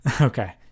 Okay